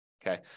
Okay